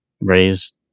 raised